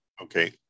okay